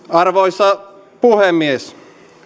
arvoisa puhemies